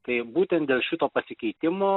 tai būtent dėl šito pasikeitimo